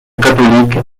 catholique